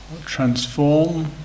transform